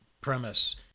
premise